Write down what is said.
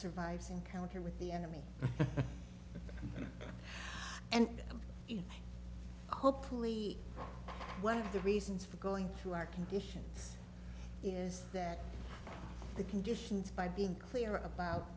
survives encounter with the enemy and hopefully one of the reasons for going through our conditions is that the conditions by being clear about